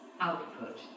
output